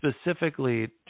Specifically